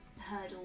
hurdle